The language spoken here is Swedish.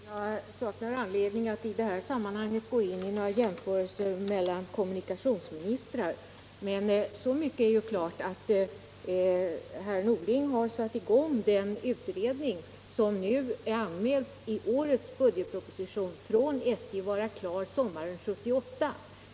Herr talman! Jag saknar anledning att i detta sammanhang göra jämförelser mellan kommunikationsministrar, men så mycket är klart att herr Norling har satt i gång den utredning som i årets budgetproposition anmäls bli klar sommaren 1978.